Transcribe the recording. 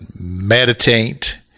meditate